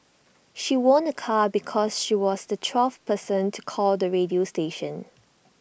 she won A car because she was the twelfth person to call the radio station